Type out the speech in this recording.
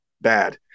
Bad